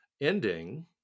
ending